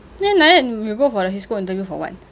then like that you go for the CISCO interview for what